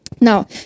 Now